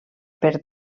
per